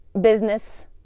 business